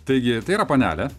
taigi ir tai yra panelė